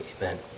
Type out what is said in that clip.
Amen